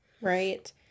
right